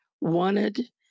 wanted